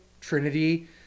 Trinity